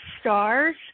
stars